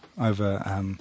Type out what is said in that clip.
over